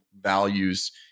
values